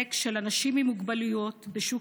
צודק של אנשים עם מוגבלויות בשוק